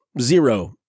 zero